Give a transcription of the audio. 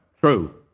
True